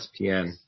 ESPN